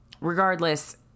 regardless